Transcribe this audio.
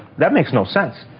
that makes no sense.